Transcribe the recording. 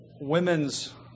women's